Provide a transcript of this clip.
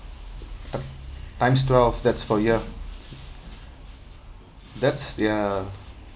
t~ times twelve that's per year that's ya